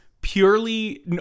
purely